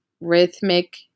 rhythmic